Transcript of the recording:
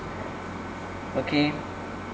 okay